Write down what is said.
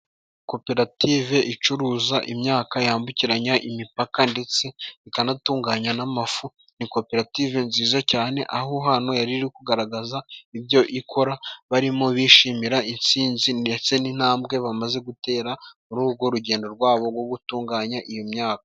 Koperative icuruza imyaka, yambukiranya imipaka, ndetse ikanatunganya n'amafu, ni koperative nziza cyane, aho hantu yari iri kugaragaza ibyo ikora, barimo bishimira intsinzi, ndetse n'intambwe bamaze gutera, muri urwo rugendo rwabo rwo gutunganya iyo myaka.